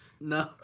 no